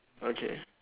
okay